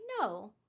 no